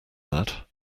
that